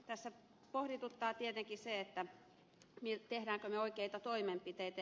tässä pohdituttaa tietenkin se teemmekö me oikeita toimenpiteitä